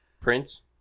Prince